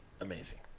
amazing